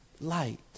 light